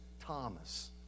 Thomas